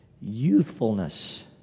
youthfulness